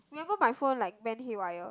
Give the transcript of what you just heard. remember my phone like went haywire